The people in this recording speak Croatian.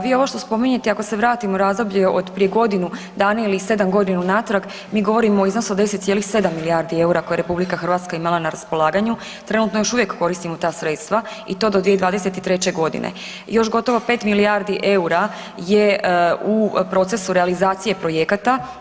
Vi ovo što spominjete ako se vratim u razdoblje od prije godinu dana ili sedam godina unatrag, mi govorimo o iznosu od 10,7 milijardi eura koje je RH imala na raspolaganju, trenutno još uvijek koristimo ta sredstva i to do 2023.g. i još gotovo pet milijardi eura je u procesu realizacije projekata.